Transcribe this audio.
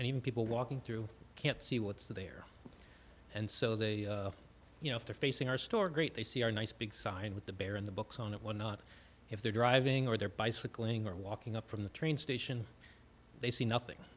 and even people walking through can't see what's there and so they you know if they're facing our store great they see our nice big sign with the bear and the books on it when not if they're driving or they're bicycling or walking up from the train station they see nothing